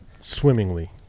swimmingly